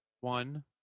One